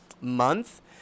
month